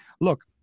look